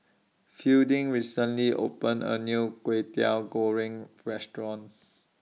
Fielding recently opened A New Kwetiau Goreng Restaurant